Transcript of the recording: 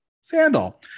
sandal